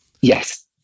Yes